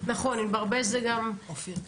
אופיר כץ,